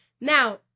Now